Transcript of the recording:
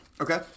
Okay